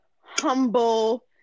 humble